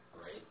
right